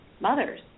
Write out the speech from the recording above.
mothers